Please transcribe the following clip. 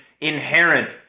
inherent